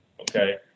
okay